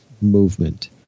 movement